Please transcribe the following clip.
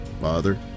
father